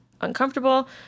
uncomfortable